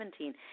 2017